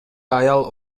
аял